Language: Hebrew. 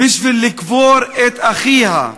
בשביל לקבור את אחיה,